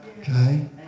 okay